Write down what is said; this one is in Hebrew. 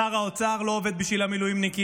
שר האוצר לא עובד בשביל המילואימניקים,